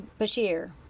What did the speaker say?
Bashir